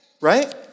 right